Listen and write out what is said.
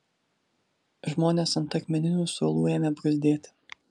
žmonės ant akmeninių suolų ėmė bruzdėti